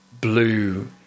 blue